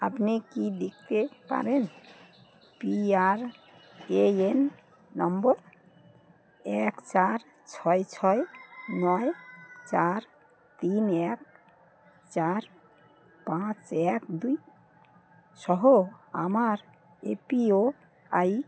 আপনি কি দেখকতে পারেন পি আর এ এন নম্বর এক চার ছয় ছয় নয় চার তিন এক চার পাঁচ এক দুই সহ আমার এপিওআই